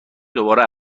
دوباره